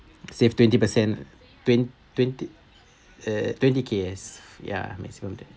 save twenty percent twent~ twenty uh twenty K yes ya maximum twenty